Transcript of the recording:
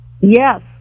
Yes